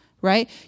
right